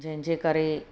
जंहिं जे करे